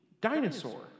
dinosaur